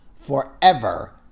forever